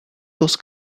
dos